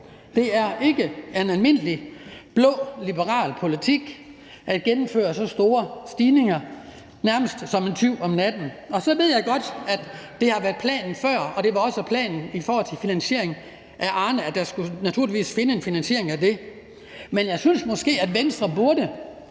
Det er ikke en almindelig blå, liberal politik at gennemføre så store stigninger nærmest som en tyv om natten. Og så ved jeg godt, at det har været planen før og det også var planen i forhold til finansieringen af Arnepensionen – for der skulle naturligvis findes en finansiering af det. Men jeg synes måske, at Venstre, når